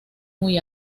muy